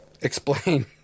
Explain